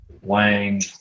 Wang